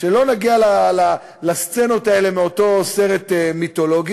שלא נגיע לסצנות האלה מאותו סרט מיתולוגי.